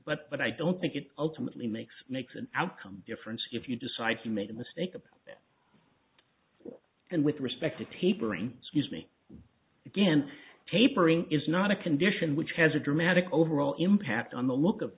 but but i don't think it ultimately makes makes an outcome difference if you decide to make the mistake of and with respect to tapering scuse me again tapering is not a condition which has a dramatic overall impact on the look of